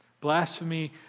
blasphemy